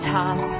top